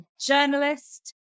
journalist